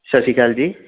ਸਤਿ ਸ਼੍ਰੀ ਅਕਾਲ ਜੀ